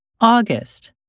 August